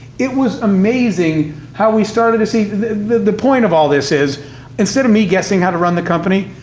it was amazing how we started to see the point of all this is instead of me guessing how to run the company,